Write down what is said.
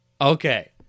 Okay